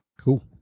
Cool